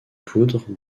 poudres